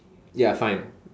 ya fine